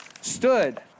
stood